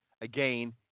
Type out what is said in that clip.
Again